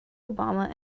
obama